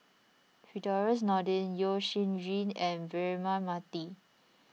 Firdaus Nordin Yeo Shih Yun and Braema Mathi